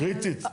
קריטית?